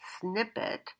snippet